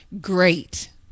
great